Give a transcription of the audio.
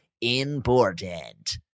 important